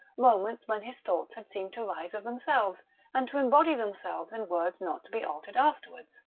moments when his thoughts had seemed to rise of themselves and to embody themselves in words not to be altered afterwards,